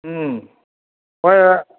ꯎꯝ ꯍꯣꯏ ꯍꯣꯏ